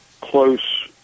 close